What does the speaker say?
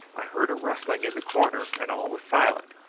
i heard a rustling in the corner, and all was silent,